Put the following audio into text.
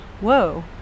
whoa